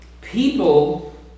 people